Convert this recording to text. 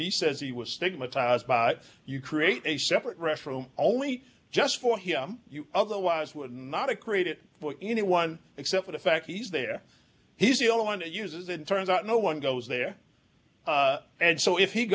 he says he was stigmatized you create a separate referent only just for him you otherwise would not have created anyone except for the fact he's there he's the only one that uses it turns out no one goes there and so if he